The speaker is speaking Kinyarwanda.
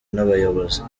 n’abayobozi